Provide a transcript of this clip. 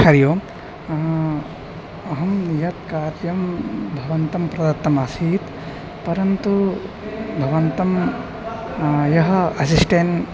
हरिः ओम् अहं यत् कार्यं भवन्तं प्रदत्तमासीत् परन्तु भवन्तं यः असिस्टेन्